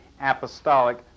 apostolic